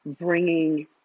bringing